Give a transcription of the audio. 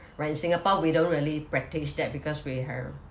right in singapore we don't really practise that because we have